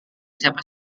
siapa